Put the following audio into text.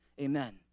Amen